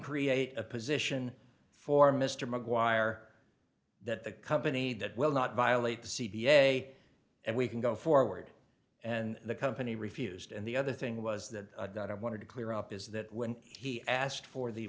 create a position for mr mcguire that the company that will not violate the c p a and we can go forward and the company refused and the other thing was that i wanted to clear up is that when he asked for the